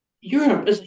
Europe